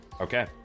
Okay